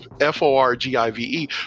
f-o-r-g-i-v-e